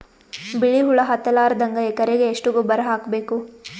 ಬಿಳಿ ಹುಳ ಹತ್ತಲಾರದಂಗ ಎಕರೆಗೆ ಎಷ್ಟು ಗೊಬ್ಬರ ಹಾಕ್ ಬೇಕು?